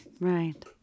Right